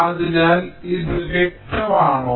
അതിനാൽ ഇത് വ്യക്തമാണോ